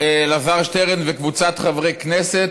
של אלעזר שטרן וקבוצת חברי הכנסת,